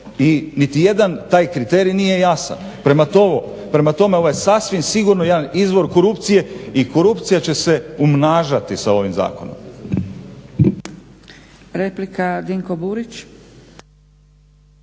I nitijedan taj kriterij nije jasan. Prema tome, ovo je sasvim sigurno jedan izvor korupcije i korupcija će se umnažati sa ovim zakonom.